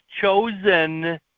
chosen